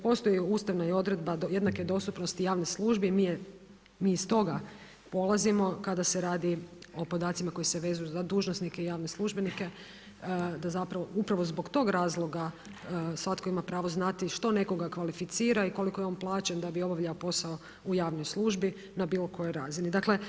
Postoje ustavna je odredba jednake dostupnosti javne službe, mi iz toga polazimo kada se radi o podacima koji se vežu za dužnosnike i javne službenike, da zapravo, upravo iz tog razloga, svatko ima pravo znati, što nekoga kvalificira i koliko je on plaćen da bi obavljao posao u javnoj službi na bilo kojoj razini.